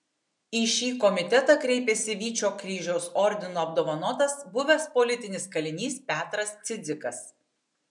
į šį komitetą kreipėsi vyčio kryžiaus ordinu apdovanotas buvęs politinis kalinys petras cidzikas